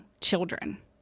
children